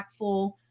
impactful